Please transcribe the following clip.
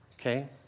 okay